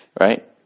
Right